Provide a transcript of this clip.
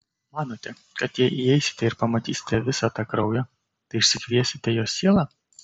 manote kad jei įeisite ir pamatysite visą tą kraują tai išsikviesite jos sielą